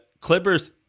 Clippers